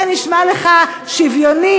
זה נשמע לך שוויוני?